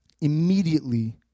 Immediately